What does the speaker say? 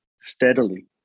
steadily